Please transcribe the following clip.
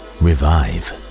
revive